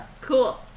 Cool